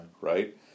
right